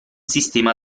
sistema